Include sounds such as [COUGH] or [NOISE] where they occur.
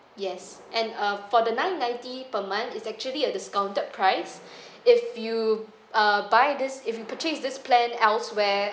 yes and uh for the nine ninety per month is actually a discounted price [BREATH] if you uh buy this if you purchase this plan elsewhere